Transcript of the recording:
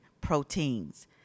proteins